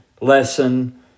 lesson